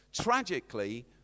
tragically